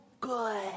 good